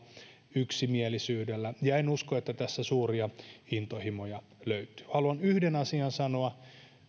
yksimielisyydellä ja en usko että tässä suuria intohimoja löytyy haluan yhden asian sanoa